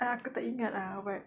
aku tak ingat ah but